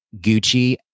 Gucci